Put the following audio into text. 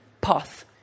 path